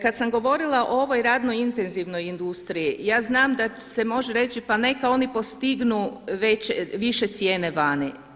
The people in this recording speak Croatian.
Kad sam govorila o ovoj radno intenzivnoj industriji, ja znam da se može reći, pa neka oni postignu više cijene vani.